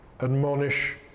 admonish